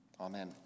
Amen